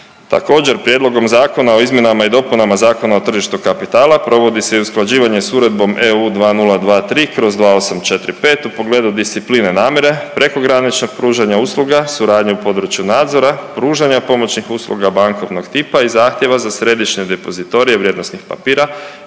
Također, Prijedlogom zakona o izmjenama i dopunama Zakona o tržištu kapitala provodi se i usklađivanje s Uredbom EU 2023/2845 u pogledu discipline namjere prekograničnog pružanja usluga, suradnju u području nadzora, pružanja pomoćnih usluga bankovnog tipa i zahtjeva za središnje depozitorije vrijednosnih papira